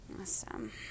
Awesome